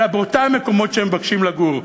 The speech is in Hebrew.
אלא באותם מקומות שהם מבקשים לגור.